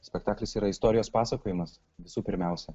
spektaklis yra istorijos pasakojimas visų pirmiausia